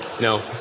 no